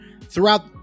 throughout